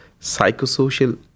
psychosocial